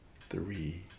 three